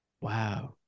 Wow